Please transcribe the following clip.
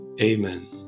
Amen